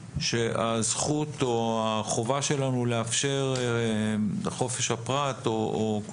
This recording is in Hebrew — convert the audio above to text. שהזכות או החובה שלנו לאפשר חופש הפרט או כל